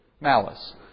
Malice